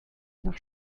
nach